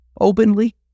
openly